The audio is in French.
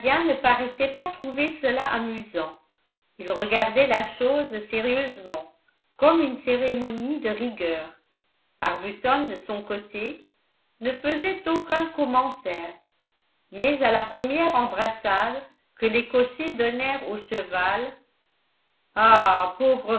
ne paraissaient pas trouver cela amusant ils regardaient la chose sérieusement comme une cérémonie de rigueur arbuton de son côté ne faisait aucuns commentaires mais à la première embrassade que les cochers donnèrent au cheval ah pauvre